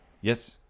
yes